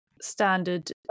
standard